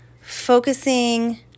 focusing